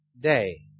day